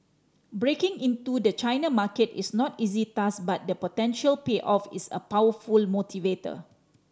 breaking into the China market is no easy task but the potential payoff is a powerful motivator